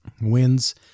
wins